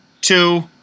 two